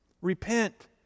Repent